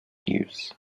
use